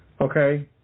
okay